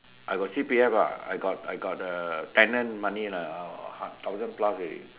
I got C_P_F ah I got I got uh tenant money lah uh thousand plus already